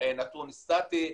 הנתון סטטי,